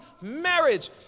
Marriage